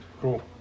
Cool